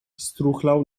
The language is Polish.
struchlał